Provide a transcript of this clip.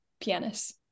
pianists